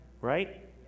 Right